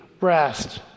rest